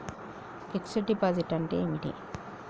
Fix డ్ deposit అంటే ఏమిటి?